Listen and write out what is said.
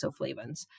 isoflavones